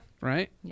right